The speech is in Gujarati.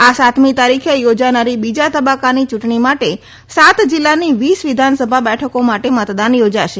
આ સાતમી તારીખે યોજાનારી બીજા તબકકાની ચુંટણીઓ માટે સાત જીલ્લાની વીસ વિધાનસભા બેઠકો માટે મતદાન યોજાશે